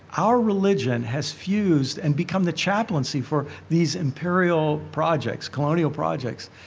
our religion has fused and become the chaplaincy for these imperial projects, colonial projects,